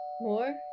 More